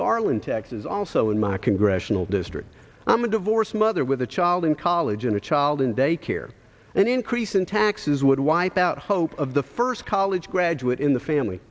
garland texas also in my congressional district i'm a divorced mother with a child in college and a child in daycare an increase in taxes would wipe out hope of the first college graduate in the family